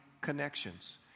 connections